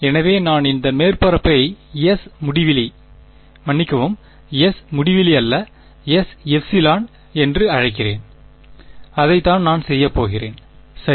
எனவே நான் இந்த மேற்பரப்பை S முடிவிலி மன்னிக்கவும் S முடிவிலி அல்ல Sε என்று அழைக்கிறேன் அதைத்தான் நான் செய்யப் போகிறேன் சரி